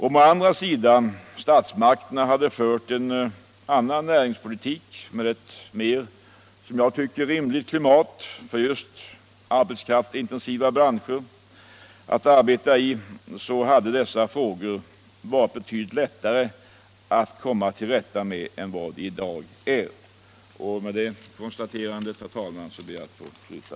Om å andra sidan statsmakterna hade fört en annan näringspolitik med ett — som jag tycker — mer rimligt klimat för arbetskraftsintensiva branscher hade dessa frågor varit betydligt lättare att komma till rätta med än vad de i dag är. Med det konstaterandet, herr talman, ber jag att få sluta.